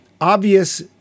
obvious